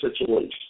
situation